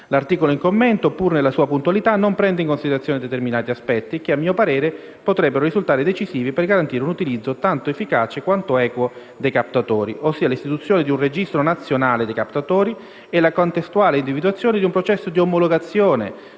L'articolo in commento, pur nella sua puntualità, non prende in considerazione determinati aspetti che, a mio parere, potrebbero risultare decisivi per garantire un utilizzo tanto efficace quanto equo dei captatori, ossia l'istituzione di un registro nazionale dei captatori e la contestuale individuazione di un processo di omologazione